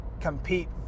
compete